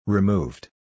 Removed